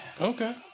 Okay